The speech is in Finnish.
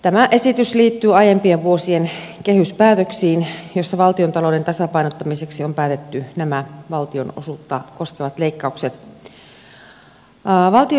tämä esitys liittyy aiempien vuosien kehyspäätöksiin joissa valtiontalouden tasapainottamiseksi on päätetty nämä valtionosuutta koskevat leikkaukset